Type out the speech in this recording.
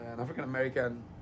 African-American